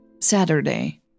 Saturday